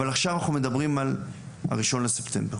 אבל עכשיו אנחנו מדברים על ה-1 בספטמבר.